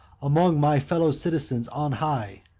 among my fellow-citizens on high